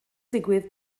digwydd